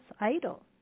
idol